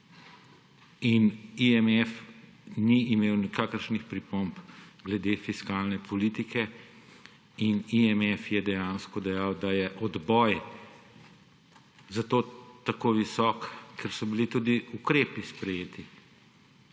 in IMF ni imel nikakršnih pripomb glede fiskalne politike in IMF je dejansko dejal, da je odboj zato tako visok, ker so bili tudi ukrepi sprejeti